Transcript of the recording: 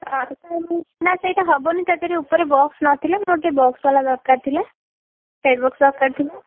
ଆଉ ନାହିଁ ସେଇଟା ହେବନି ତା'ଦେହରେ ଉପରେ ବକ୍ସ ନଥିଲା ମୋତେ ବକ୍ସ ବାଲା ଦରକାର ଥିଲା ବେଡ଼୍ ବକ୍ସ ଦରକାର ଥିଲା